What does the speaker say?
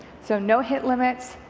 so no hit limits,